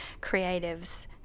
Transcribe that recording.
creatives